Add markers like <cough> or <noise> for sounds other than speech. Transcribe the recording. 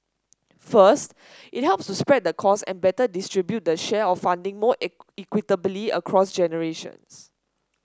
first it helps to spread the cost and better distribute the share of funding more <unintelligible> equitably across generations